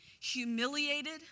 humiliated